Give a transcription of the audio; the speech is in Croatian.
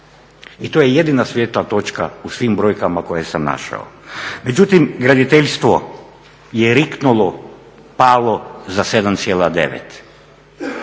I to je jedina svijetla točka u svim brojkama koje sam našao. Međutim, graditeljstvo je riknulo, palo za 7,9%.